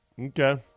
Okay